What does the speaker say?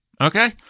Okay